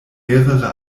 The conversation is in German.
mehrere